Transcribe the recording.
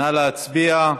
נא להצביע.